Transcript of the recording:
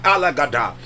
Alagada